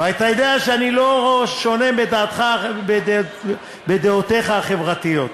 ואתה יודע שדעותי לא שונות מדעותיך החברתיות,